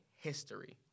History